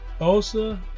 Bosa